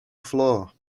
floor